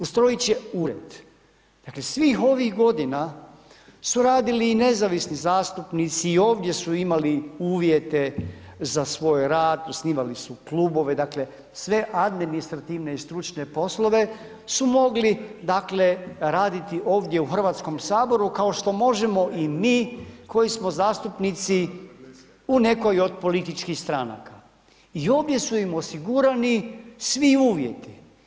Ustrojit će ured, dakle, svih ovih godina, su radili i nezavisni zastupnici, i ovdje su imali uvijete za svoj rad, osnivali su Klubove, dakle sve administrativne i stručne poslove su mogli dakle, raditi ovdje u Hrvatskom saboru kao što možemo i mi, koji smo zastupnici u nekoj od političkih stranaka, i ovdje su im osigurani svi uvjeti.